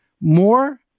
more